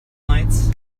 lights